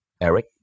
Eric